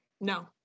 No